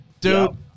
Dude